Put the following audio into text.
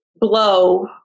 Blow